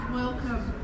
welcome